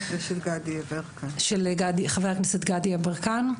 של חבר הכנסת גדי אברקן.